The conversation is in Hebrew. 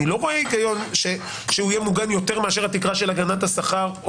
אני לא רואה היגיון שהוא יהיה מוגן יותר מאשר התקרה של הגנת השכר.